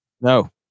No